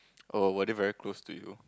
oh were they very close to you